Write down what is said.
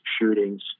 shootings